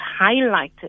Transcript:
highlighted